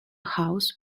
house